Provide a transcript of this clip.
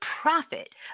profit